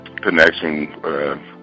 connection